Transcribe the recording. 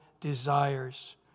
desires